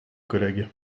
collègues